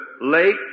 lake